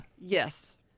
Yes